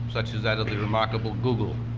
such as that of the remarkable google.